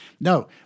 No